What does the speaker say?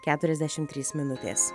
keturiasdešim trys minutės